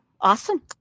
Awesome